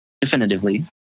definitively